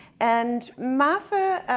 and martha,